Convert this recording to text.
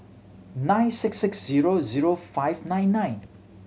nine six six zero zero five nine nine